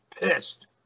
pissed